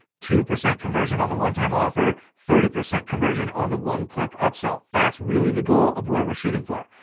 two percent conversion on the one time offer thirty percent conversion on the one click upsell. that's really the goal of where we're shooting for.